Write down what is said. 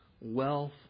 wealth